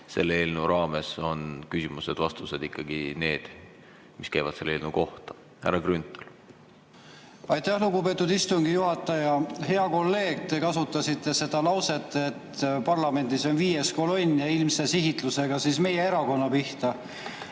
Selle eelnõu raames on küsimused-vastused ikkagi need, mis käivad selle eelnõu kohta. Härra Grünthal. Aitäh, lugupeetud istungi juhataja! Hea kolleeg, te kasutasite seda lauset, et parlamendis on viies kolonn, ja ilmse sihitusega meie erakonna pihta.